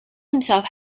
himself